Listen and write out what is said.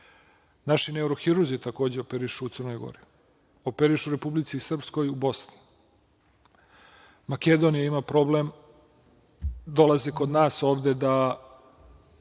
Naši neurohirurzi takođe operišu u Crnoj Gori, operišu i u Republici Srpskoj i u Bosni. Makedonija ima problem, dolaze kod nas ovde na